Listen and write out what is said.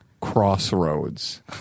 Crossroads